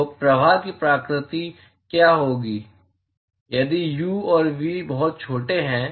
तो प्रवाह की प्रकृति क्या होगी यदि u और v बहुत छोटे हैं